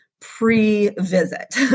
pre-visit